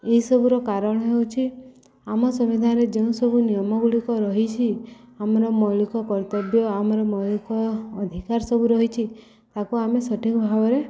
ଏହିସବୁର କାରଣ ହେଉଛି ଆମ ସମ୍ବିଧାନରେ ଯେଉଁ ସବୁ ନିୟମଗୁଡ଼ିକ ରହିଛି ଆମର ମୌଳିକ କର୍ତ୍ତବ୍ୟ ଆମର ମୌଳିକ ଅଧିକାର ସବୁ ରହିଛି ତାକୁ ଆମେ ସଠିକ୍ ଭାବରେ